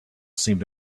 seemed